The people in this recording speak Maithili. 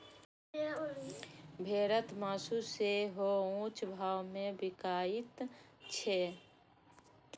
भेड़क मासु सेहो ऊंच भाव मे बिकाइत छै